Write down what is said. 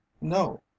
no